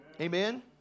Amen